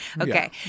Okay